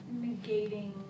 negating